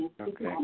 Okay